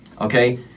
Okay